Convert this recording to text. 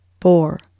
four